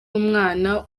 umwana